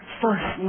first